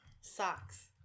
Socks